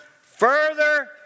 further